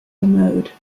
mode